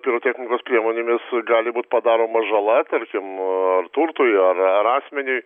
pirotechnikos priemonėmis gali būt padaroma žala tarkim ar turtui ar ar asmeniui